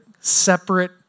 separate